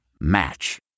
Match